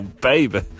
Baby